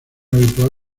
habitual